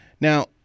Now